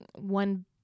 One